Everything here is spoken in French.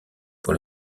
pour